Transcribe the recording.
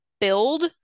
build